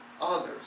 others